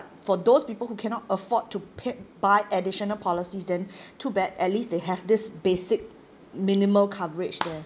for those people who cannot afford to pay buy additional policies then too bad at least they have this basic minimal coverage there